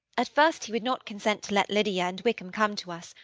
at first he would not consent to let lydia and wickham come to us,